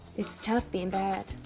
it's tough bein' bad.